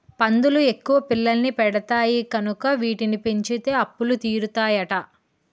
పందులు ఎక్కువ పిల్లల్ని పెడతాయి కనుక వీటిని పెంచితే అప్పులు తీరుతాయట